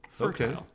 Okay